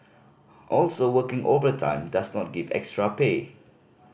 also working overtime does not give extra pay